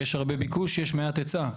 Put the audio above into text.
יש הרבה ביקוש ויש מעט היצע.